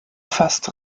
fast